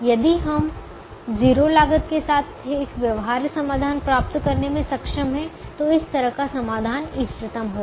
यदि हम 0 लागत के साथ एक व्यवहार्य समाधान प्राप्त करने में सक्षम हैं तो इस तरह का समाधान इष्टतम होगा